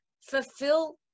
fulfill